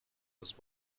was